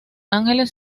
ángeles